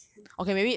一千